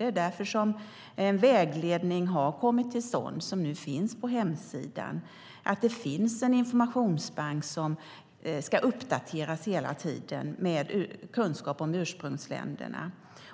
Det är därför det har kommit till stånd en vägledning som nu finns på hemsidan, finns en informationsbank med kunskap om ursprungsländerna som ska uppdateras hela tiden